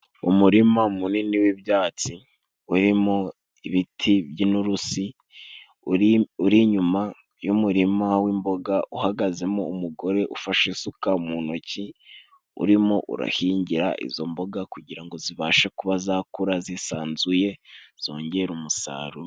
Umurima munini w'ibyatsi urimo ibiti by'inturusi, uri inyuma y'umurima w'imboga. Uhagazemo umugore ufashe isuka mu ntoki, urimo arahingira izo mboga, kugira ngo zibashe kuba zakura zisanzuye, zongere umusaruro.